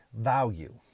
value